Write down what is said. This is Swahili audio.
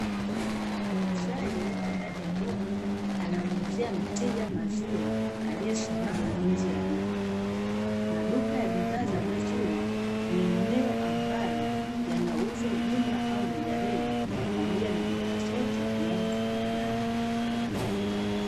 Muuzaji yupo ndani ya duka anamuuzia mteja maziwa, aliyesimama nje ya duka. Maduka ya bidhaa za maziwa ni eneo ambalo yanauzwa jumla au rejareja pamoja na bidhaa zote zinazotokana nayo.